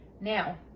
Now